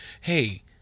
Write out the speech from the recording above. hey